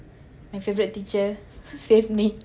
my favourite teacher saved me